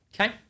okay